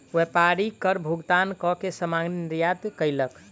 व्यापारी कर भुगतान कअ के सामग्री निर्यात कयलक